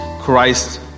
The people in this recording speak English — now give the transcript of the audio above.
Christ